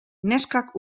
neskak